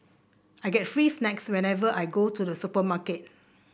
I get free snacks whenever I go to the supermarket